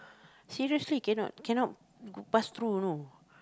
seriously cannot cannot pass through you know